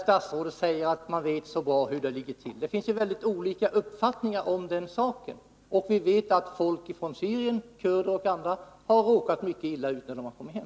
Statsrådet säger att man vet så bra hur det ligger till där. Men det finns mycket olika uppfattningar om den saken, och vi vet att folk från Syrien — kurder och andra — har råkat mycket illa ut när de har kommit hem.